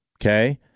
Okay